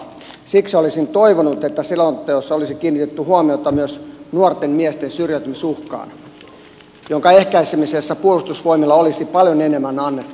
siksi olisin toivonut että selonteossa olisi kiinnitetty huomiota myös nuorten miesten syrjäytymisuhkaan jonka ehkäisemisessä puolustusvoimilla olisi paljon enemmän annettavaa